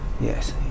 Yes